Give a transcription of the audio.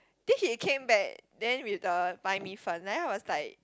then he came back then with the 白米粉 then I was like